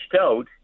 out